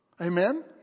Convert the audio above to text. Amen